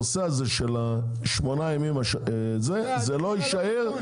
הנושא של ה-8 ימים לא יישאר.